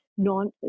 Non